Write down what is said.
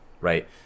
right